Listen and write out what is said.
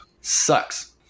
Sucks